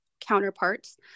counterparts